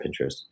Pinterest